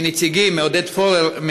עודד פורר,